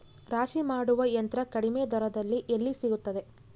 ರಾಶಿ ಮಾಡುವ ಯಂತ್ರ ಕಡಿಮೆ ದರದಲ್ಲಿ ಎಲ್ಲಿ ಸಿಗುತ್ತದೆ?